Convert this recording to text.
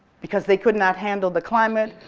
because they could not handle the climate,